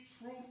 truth